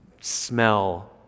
smell